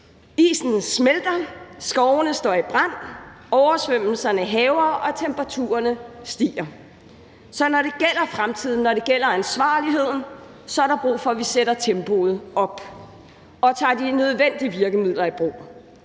Isen smelter, skovene står i brand, oversvømmelserne hærger, og temperaturerne stiger. Så når det gælder fremtiden, når det gælder ansvarligheden, er der brug for, at vi sætter tempoet op og tager de nødvendige virkemidler i brug: